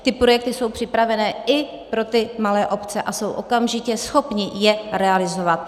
Ty projekty jsou připravené i pro malé obce a jsou okamžitě schopny je realizovat.